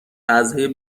اعضای